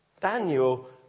Daniel